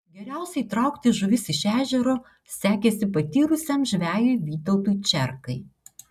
geriausiai traukti žuvis iš ežero sekėsi patyrusiam žvejui vytautui čerkai